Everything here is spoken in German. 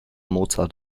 mozart